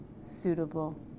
suitable